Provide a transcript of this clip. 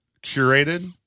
curated